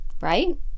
right